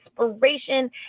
inspiration